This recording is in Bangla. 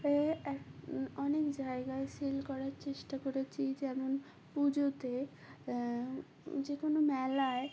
এ এক অনেক জায়গায় সেল করার চেষ্টা করেছি যেমন পুজোতে যে কোনো মেলায়